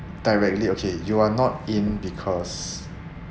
directly okay you are not in because